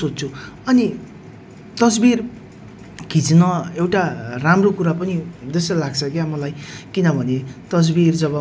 एकदम इन्जोय गर्यौँ है तेसप तेसपश्चात् हामी त्यहाँनेर छेउमा एउटा पिकनिक पार्क थियो है हामी त्यहाँ सबजना मिलेर चाहिँ हामी आफैँ कुक गर्यौ है